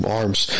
arms